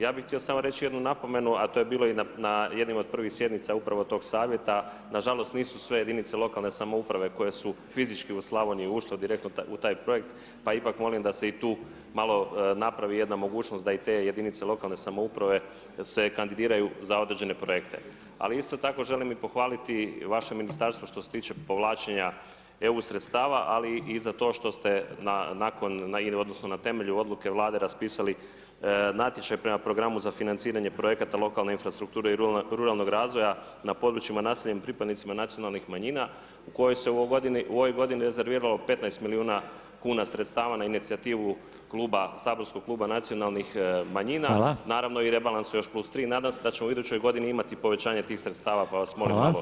Ja bih htio samo reći jednu napomenu, a to je bilo i na jednim od prvih sjednici upravo tog Savjeta, nažalost nisu sve jedinice lokalne samouprave koje su fizičke u Slavoniji direktno ušle u taj projekt, pa ipak molim da se i tu malo napravi jedna mogućnost da i te jedinice lokalne samouprave se kandidiraju za određene projekte, ali isto tako želim i pohvaliti vaše ministarstvo što se tiče povlačenja EU sredstava ali i za to što se nakon, odnosno na temelju odluke Vlade raspisali natječaj prema Programu za financiranje projekata lokalne infrastrukture i ruralnog razvoja, na područjima naseljenim pripadnicima nacionalnih manjina u kojoj se u ovoj godini rezerviralo 15 milijuna kuna sredstava na inicijativu Kluba, saborskog Kluba nacionalnih manjina, naravno rebalansu još plus 3, nadam se da ćemo u idućoj godini imati povećanje tih sredstava, pa vas molim evo oko toga.